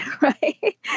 right